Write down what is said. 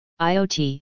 IoT